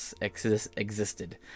existed